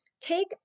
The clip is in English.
Take